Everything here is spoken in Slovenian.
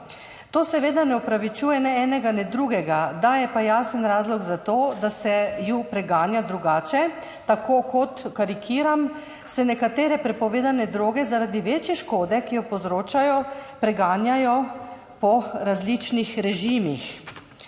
To seveda ne opravičuje ne enega ne drugega, daje pa jasen razlog za to, da se ju preganja drugače, tako kot, karikiram, se nekatere prepovedane droge zaradi večje škode, ki jo povzročajo, preganjajo po različnih režimih.